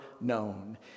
known